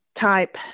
type